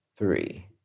three